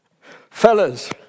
Fellas